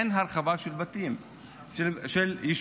אין הרחבת בתים ביישובים.